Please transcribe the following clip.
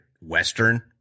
Western